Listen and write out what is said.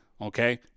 Okay